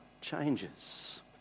changes